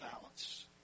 balance